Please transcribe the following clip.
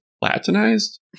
Latinized